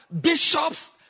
bishops